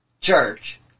church